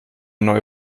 neue